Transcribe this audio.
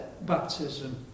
baptism